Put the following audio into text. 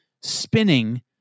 spinning